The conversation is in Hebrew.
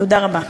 תודה רבה.